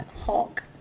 hulk